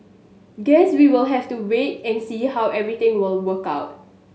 guess we'll have to wait and see how everything will work out